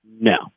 No